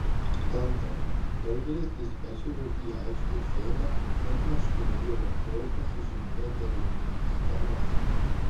antra daugelis dispečerių į aikštę išeina ant marškinėlių rankovių pasižymėję derinių schemas